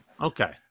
Okay